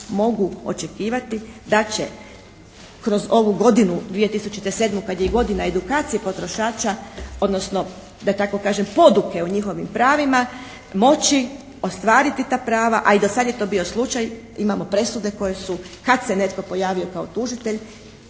mogu očekivati da će kroz ovu godinu 2007. kad je i godina edukacije potrošača, odnosno da tako kažem poduke o njihovim pravima moći ostvariti ta prava, a i dosad je to bio slučaj, imamo presude koje su kad se netko pojavio kao tužitelj